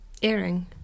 Earring